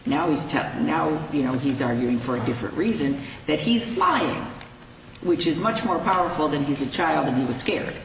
now he's ten now you know he's arguing for a different reason that he's lying which is much more powerful than he's a child that he was scared